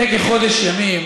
לפני כחודש ימים